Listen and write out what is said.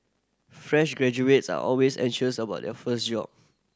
fresh graduates are always anxious about their first job